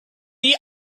you